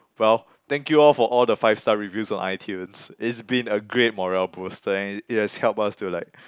well thank you all for all the five star reviews on iTunes it's been a great morale booster and it it has helped us to like